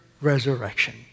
resurrection